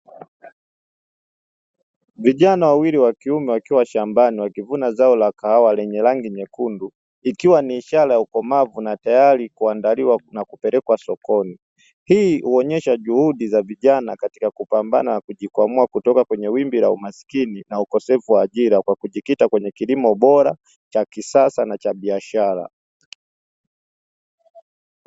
Vijana wawili wa kiume wakiwa shambani wakivuna zao la kahawa lenye rangi nyekundu, ikiwa ni ishara ya ukomavu na tayari kuandaliwa na kupelekwa sokoni. Hii huonesha juhudi za vijana katika kupambana na kujikwamua kutoka kwenye wimbi la umaskini na ukosefu wa ajira kwa kujikita kwenye kilimo bora cha kisasa na cha biashara.